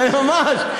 ממש.